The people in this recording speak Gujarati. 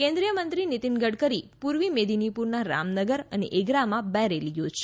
કેન્દ્રીય મંત્રી નીતિન ગડકરી પૂર્વી મેદીનીપુરના રામનગર અને એગરામાં બે રેલી યોજશે